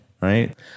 right